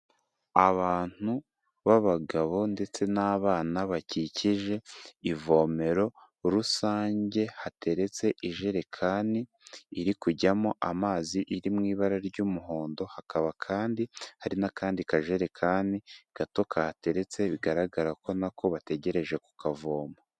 Abantu b'abagabo ndetse n'abana bakikije ivomero rusange, hateretse ijerekani iri kujyamo amazi iri mu ibara ry'umuhondo, hakaba kandi hari n'akandi kajerekani gato kahateretse bigaragara ko na ko bategereje ku kavoma.